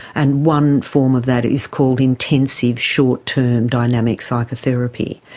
and one form of that is called intensive short-term dynamic psychotherapy.